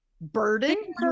burden